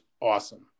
awesome